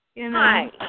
Hi